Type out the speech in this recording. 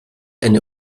eine